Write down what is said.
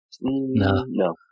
No